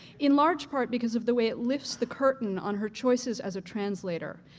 in large part because of the way it lifts the curtain on her choices as a translator.